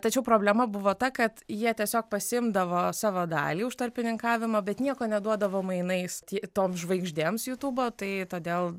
tačiau problema buvo ta kad jie tiesiog pasiimdavo savo dalį už tarpininkavimą bet nieko neduodavo mainais ti toms žvaigždėms jutūbo tai todėl